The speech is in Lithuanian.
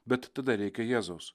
bet tada reikia jėzaus